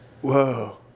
whoa